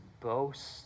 boast